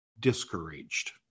discouraged